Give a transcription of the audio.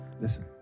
listen